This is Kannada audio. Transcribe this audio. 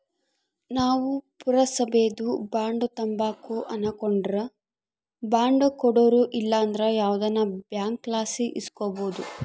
ನಾವು ಪುರಸಬೇದು ಬಾಂಡ್ ತಾಂಬಕು ಅನಕಂಡ್ರ ಬಾಂಡ್ ಕೊಡೋರು ಇಲ್ಲಂದ್ರ ಯಾವ್ದನ ಬ್ಯಾಂಕ್ಲಾಸಿ ಇಸ್ಕಬೋದು